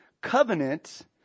covenant